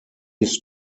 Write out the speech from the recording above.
ist